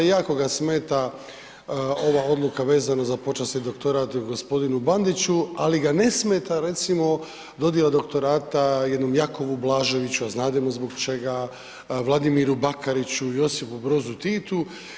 Jako ga smeta ova odluka vezano za počasni doktorat gospodinu Bandiću, ali ga ne smeta recimo dodjela doktorata jednom Jakovu Blaževiću a znademo zbog čega, Vladimiru Bakariću, Josipu Brozu Titu.